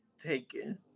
taken